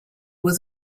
was